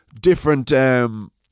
different